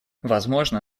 возможно